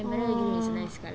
orh